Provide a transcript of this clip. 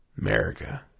America